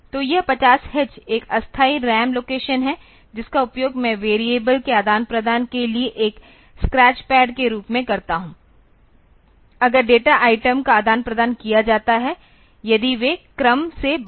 तो यह 50 h एक अस्थायी रैम लोकेशन है जिसका उपयोग मैं वैरिएबल के आदान प्रदान के लिए एक स्क्रैच पैड के रूप में करता हूँ अगर डेटा आइटम का आदान प्रदान किया जाता है यदि वे क्रम से बाहर हैं